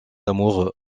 amoureux